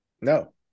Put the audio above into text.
No